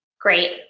Great